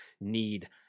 need